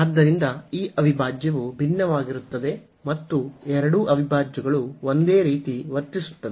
ಆದ್ದರಿಂದ ಈ ಅವಿಭಾಜ್ಯವು ಭಿನ್ನವಾಗಿರುತ್ತದೆ ಮತ್ತು ಎರಡೂ ಅವಿಭಾಜ್ಯಗಳು ಒಂದೇ ರೀತಿ ವರ್ತಿಸುತ್ತವೆ